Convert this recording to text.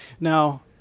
Now